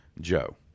Joe